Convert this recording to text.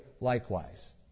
likewise